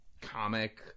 comic